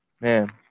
man